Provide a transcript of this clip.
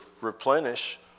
replenish